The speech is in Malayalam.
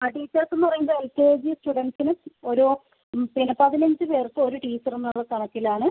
ടീച്ചേഴ്സ് എന്ന് പറയുമ്പോൾ എൽ കെ ജി സ്റുഡൻറ്റ്സിന് ഒരു പതിനഞ്ച് പേർക്ക് ഒരു ടീച്ചർ എന്ന കണക്കിലാണ്